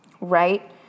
right